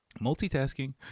multitasking